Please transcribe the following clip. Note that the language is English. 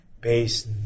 based